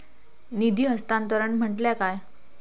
निधी हस्तांतरण म्हटल्या काय?